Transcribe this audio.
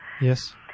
Yes